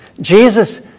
Jesus